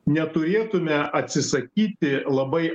neturėtume atsisakyti labai